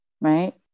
right